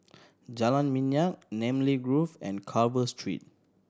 Jalan Minyak Namly Grove and Carver Street